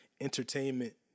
entertainment